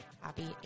happy